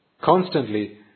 constantly